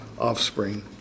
offspring